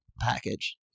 package